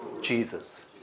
Jesus